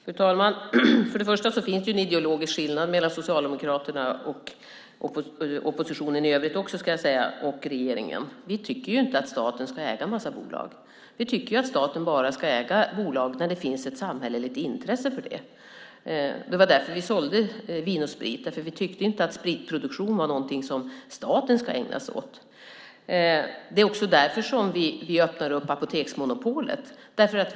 Fru talman! För det första finns det en ideologisk skillnad mellan Socialdemokraterna - och oppositionen i övrigt också - och regeringen. Vi tycker inte att staten ska äga en massa bolag. Vi tycker att staten bara ska äga bolag när det finns ett samhälleligt intresse för det. Det var därför vi sålde Vin & Sprit, för vi tyckte inte att spritproduktion var någonting som staten ska ägna sig åt. Det är också därför som vi öppnar upp apoteksmonopolet.